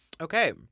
Okay